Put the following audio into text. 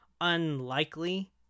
unlikely